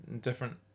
different